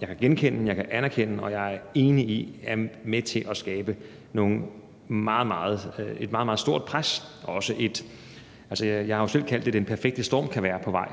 jeg kan genkende, jeg kan anerkende og jeg er enig i er med til at skabe et meget, meget stort pres. Jeg har jo selv kaldt det, at den perfekte storm kan være på vej.